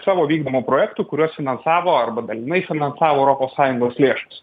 savo vykdomų projektų kuriuos finansavo arba dalinai finansavo europos sąjungos lėšos